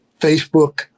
Facebook